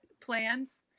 plans